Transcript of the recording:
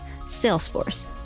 Salesforce